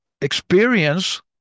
Experience